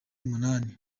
munani